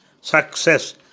Success